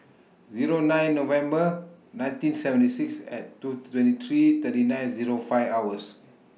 Zero nine November nineteen seventy six and Tooth twenty three thirty nine Zero five hours